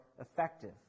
effective